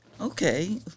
Okay